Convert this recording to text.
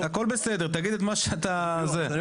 בבקשה.